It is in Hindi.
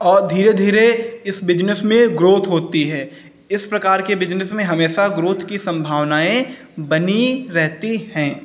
और धीरे धीरे इस बिज़नेस में ग्रोथ होती है इस प्रकार के बिज़नेस में हमेशा ग्रोथ की संभावनाएँ बनी रहती हैं